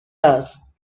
است